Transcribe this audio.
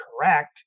correct